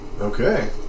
Okay